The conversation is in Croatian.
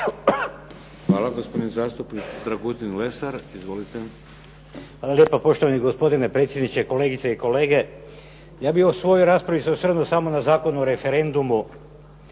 Izvolite. **Lesar, Dragutin (Nezavisni)** Hvala lijepa. Poštovani gospodine predsjedniče, kolegice i kolege. Ja bih u svojoj raspravi se osvrnuo samo na Zakon o referendumu